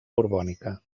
borbònica